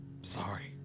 Sorry